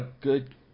good